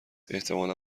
احتمالا